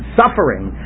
suffering